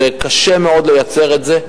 קשה מאוד לייצר את זה,